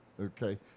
Okay